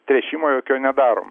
tręšimo jokio nedarom